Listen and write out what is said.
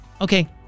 Okay